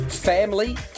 Family